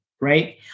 Right